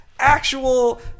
actual